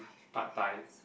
Pad-Thai